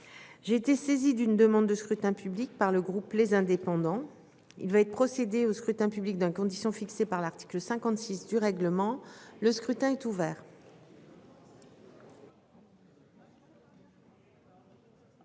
J'ai été saisi d'une demande de scrutin public par le groupe les indépendants. Il va être procédé au scrutin public d'un conditions fixées par l'article 56 du règlement, le scrutin est ouvert.